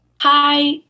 Hi